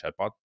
chatbot